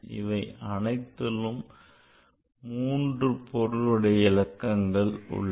இவை அனைத்திலும் மூன்று பொருளுடைய இலக்கங்கள் உள்ளன